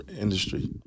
industry